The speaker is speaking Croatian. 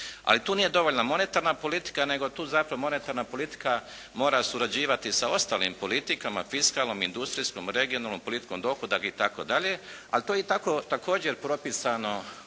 Ali tu nije dovoljna monetarna politika, nego tu zapravo monetarna politika mora surađivati sa ostalim politikama – fiskalnom, industrijskom, regionalnom politikom, dohodak itd. Ali to je i također propisano